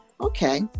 Okay